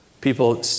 People